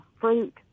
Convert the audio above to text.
fruit